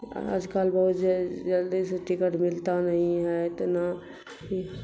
آج کل بہت جلدی سے ٹکٹ ملتا نہیں ہے اتنا